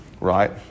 Right